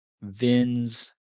Vin's